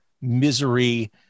misery